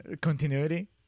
continuity